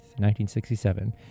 1967